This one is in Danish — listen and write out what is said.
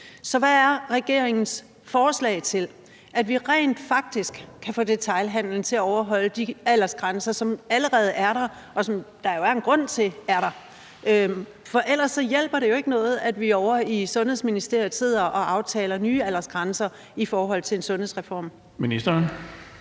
Så hvad er regeringens forslag til rent faktisk at få detailhandelen til at overholde de aldersgrænser, som allerede er der, og som der jo er en grund til er der? Ellers hjælper det jo ikke noget, at vi ovre i Sundhedsministeriet sidder og aftaler nye aldersgrænser i forhold til en sundhedsreform. Kl.